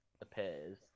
appears